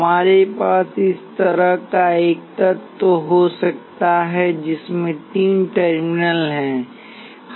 हमारे पास इस तरह का एक तत्व हो सकता है जिसमें तीन टर्मिनल हैं